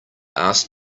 asked